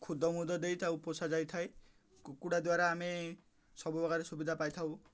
ଖୁଦମୁଦ ଦେଇଥାଉ ପୋଷା ଯାଇଥାଏ କୁକୁଡ଼ା ଦ୍ୱାରା ଆମେ ସବୁ ପ୍ରକାର ସୁବିଧା ପାଇଥାଉ